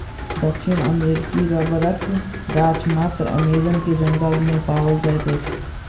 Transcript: दक्षिण अमेरिकी रबड़क गाछ मात्र अमेज़न के जंगल में पाओल जाइत अछि